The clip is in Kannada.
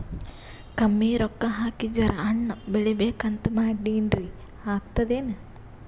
ಕಮ್ಮಿ ರೊಕ್ಕ ಹಾಕಿ ಜರಾ ಹಣ್ ಬೆಳಿಬೇಕಂತ ಮಾಡಿನ್ರಿ, ಆಗ್ತದೇನ?